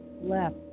Left